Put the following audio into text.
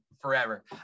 forever